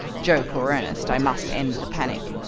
joke or earnest, i must end the panic,